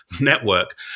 network